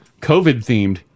COVID-themed